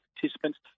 participants